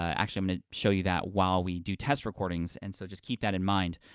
actually i'm gonna show you that while we do test recordings, and so just keep that in mind.